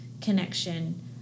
connection